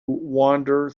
wander